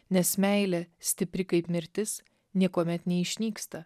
nes meilė stipri kaip mirtis niekuomet neišnyksta